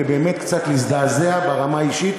ובאמת קצת להזדעזע ברמה האישית,